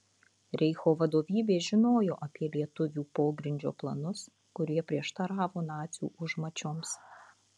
reicho vadovybė žinojo apie lietuvių pogrindžio planus kurie prieštaravo nacių užmačioms